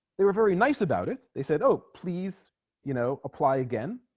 they were very nice about it they said oh please you know apply again